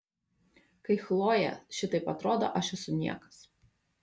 kai chlojė šitaip atrodo aš esu niekas